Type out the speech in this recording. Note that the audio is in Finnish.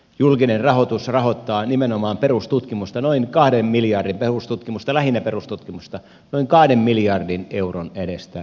julkinen rahoitus rahoittaa nimenomaan perustutkimusta lähinnä perustutkimusta noin kahden miljardin euron edestä vuodessa